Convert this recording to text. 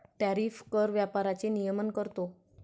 tariff कर व्यापाराचे नियमन करतो